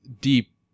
deep